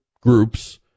groups